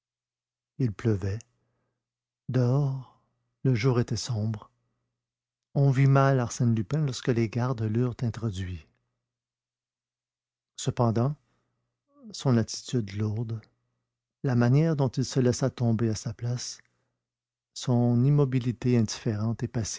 il pleuvait dehors le jour était sombre on vit mal arsène lupin lorsque les gardes l'eurent introduit cependant son attitude lourde la manière dont il se laissa tomber à sa place son immobilité indifférente et